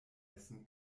hessen